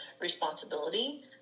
responsibility